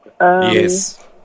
Yes